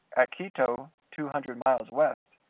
at quito, two hundred miles west,